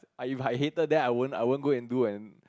I if I hated them I won't I won't go and do and